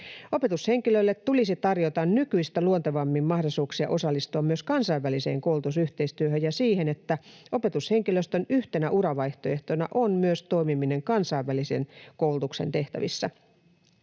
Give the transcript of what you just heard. Opetushenkilölle tulisi tarjota nykyistä luontevammin mahdollisuuksia osallistua myös kansainväliseen koulutusyhteistyöhön ja siihen, että opetushenkilöstön yhtenä uravaihtoehtona on myös toimiminen kansainvälisen koulutuksen tehtävissä.